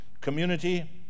community